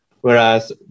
whereas